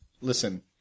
listen